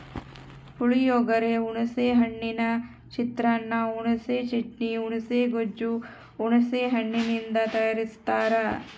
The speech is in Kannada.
ಪುಳಿಯೋಗರೆ, ಹುಣಿಸೆ ಹಣ್ಣಿನ ಚಿತ್ರಾನ್ನ, ಹುಣಿಸೆ ಚಟ್ನಿ, ಹುಣುಸೆ ಗೊಜ್ಜು ಹುಣಸೆ ಹಣ್ಣಿನಿಂದ ತಯಾರಸ್ತಾರ